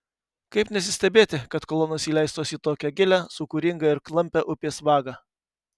kaip nesistebėti kad kolonos įleistos į tokią gilią sūkuringą ir klampią upės vagą